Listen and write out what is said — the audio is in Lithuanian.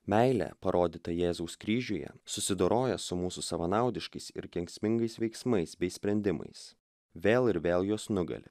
meilė parodyta jėzaus kryžiuje susidoroja su mūsų savanaudiškais ir kenksmingais veiksmais bei sprendimais vėl ir vėl juos nugali